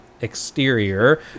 exterior